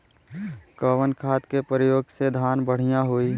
कवन खाद के पयोग से धान बढ़िया होई?